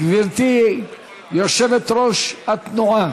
גברתי יושבת-ראש התנועה